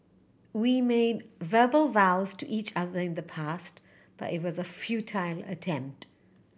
we made verbal vows to each other in the past but it was a futile attempt